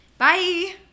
Bye